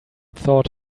thought